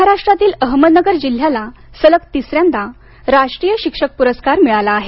महाराष्ट्रातील अहमदनगर जिल्ह्याला सलग तिसऱ्यांदा राष्ट्रीय शिक्षक पुरस्कार मिळाला आहे